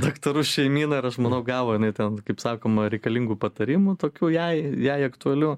daktarų šeimyna ir aš manau gavo jinai ten kaip sakoma reikalingų patarimų tokių jai jai aktualių